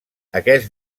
aquest